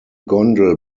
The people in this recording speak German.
gondel